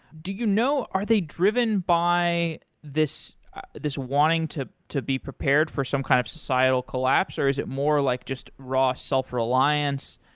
you know are they driven by this this wanting to to be prepared for some kind of societal collapse or is it more like just raw self reliance?